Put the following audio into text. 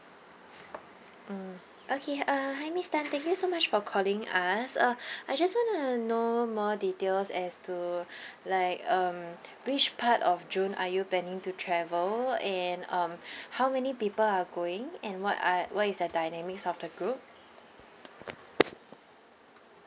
mm okay uh hi miss tan thank you so much for calling us uh I just wanna know more details as to like um which part of june are you planning to travel and um how many people are going and what are what is the dynamics of the group